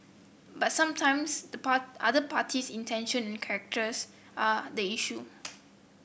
but sometimes the other party's intention and characters are the issue